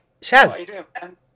Shaz